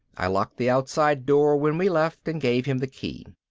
i locked the outside door when we left and gave him the key.